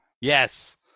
Yes